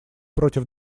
против